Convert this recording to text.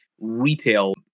retail